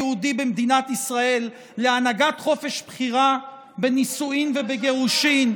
היהודי במדינת ישראל להנהגת חופש בחירה בנישואין ובגירושין,